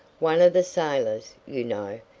one of the sailors, you know.